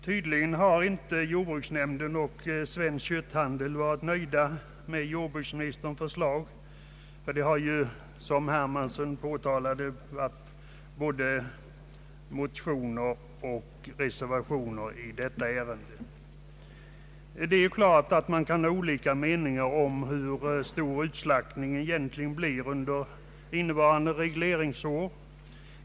Tydligen har jordbruksnämnden och föreningen Svensk kötthandel inte blivit nöjda med jordbruksministerns förslag, eftersom det, som herr Hermansson anförde, finns både motioner och reservationer i detta ärende. Det är klart att man kan ha olika meningar om hur stor utslaktningen egentligen kommer att bli under innevarande regleringsår.